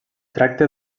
tracta